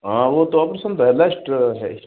हाँ वो तो ऑपरेशन का लास्ट है